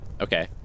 Okay